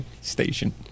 Station